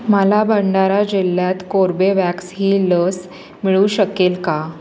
मला भंडारा जिल्ह्यात कोर्बेवॅक्स ही लस मिळू शकेल का